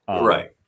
Right